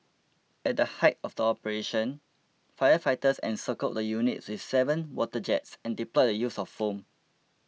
at the height of the operation firefighters encircled the units with seven water jets and deployed the use of foam